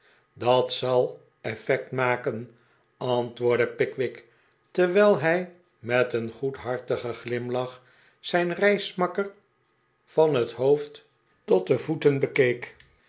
dat zal effect maken antwoordde pickwick terwijl hij met een goedhartigeri glimlach zijn reismakker van het hoofd tot de voeten bekeek